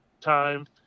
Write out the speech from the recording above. time